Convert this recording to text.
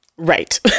Right